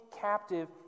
captive